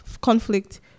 conflict